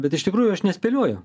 bet iš tikrųjų aš nespėlioju